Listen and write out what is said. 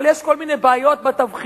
אבל יש כל מיני בעיות בתבחינים.